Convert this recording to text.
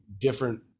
different